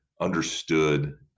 understood